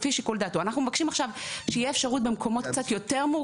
לפי שיקול דעתו אנחנו מבקשים עכשיו שתהיה אפשרות במקומות מסוימות,